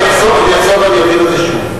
אני אחזור ואבהיר את זה שוב.